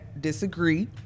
disagree